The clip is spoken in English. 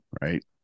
Right